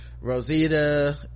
Rosita